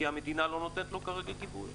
כי המדינה לא נותנת לו כרגע גיבוי,